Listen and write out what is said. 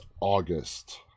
August